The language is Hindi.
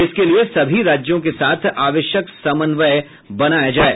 इसके लिए सभी राज्यों के साथ आवश्यक समन्वय बनाया जाये